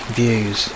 views